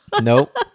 nope